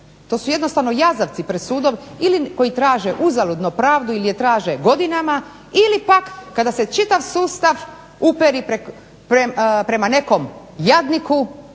to su jednostavno jazavci pred sudom ili koji traže uzaludno pravdu ili je traže godinama ili pak kada se čitav sustav uperi prema nekom jadniku